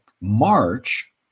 march